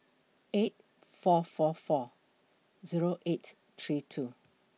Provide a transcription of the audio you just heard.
eight four four four Zero eight three two